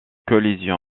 collision